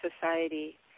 society